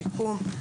שיקום,